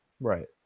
right